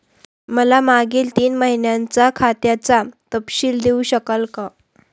मला मागील तीन महिन्यांचा खात्याचा तपशील देऊ शकाल का?